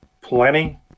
plenty